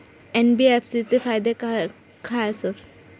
NBFC चे फायदे खाय आसत?